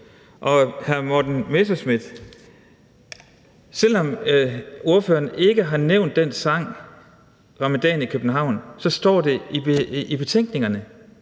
hr. Morten Messerschmidt, ikke har nævnt den sang, »Ramadan i København«, står det i bemærkningerne.